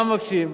מה מבקשים?